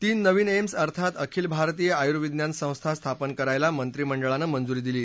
तीन नवीन एम्स अर्थात आखिल भारतीय आयुर्विज्ञान संस्था स्थापन करायला मंत्रिमंडळानं मंजुरी दिली